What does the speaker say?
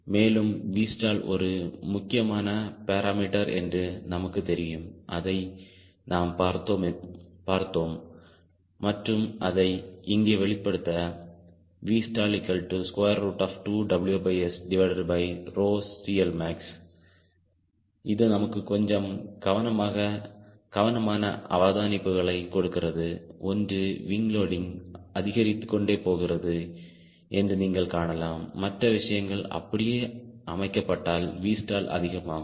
மேலும் Vstall ஒரு முக்கியமான பேராமீட்டர் என்று நமக்கு தெரியும் அதை நாம் பார்த்தோம் மற்றும் அதை இங்கே வெளிப்படுத்த Vstall2WSCLmax இது நமக்கு கொஞ்சம் கவனமான அவதானிப்புகளை கொடுக்கிறது ஒன்று விங் லோடிங் அதிகரித்துக்கொண்டே போகிறது என்று நீங்கள் காணலாம் மற்ற விஷயங்கள் அப்படியே அமைக்கப்பட்டால் Vstall அதிகமாகும்